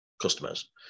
customers